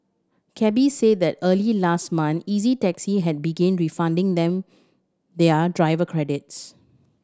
cabbies said that early last month Easy Taxi had begin refunding them their driver credits